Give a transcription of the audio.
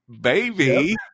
baby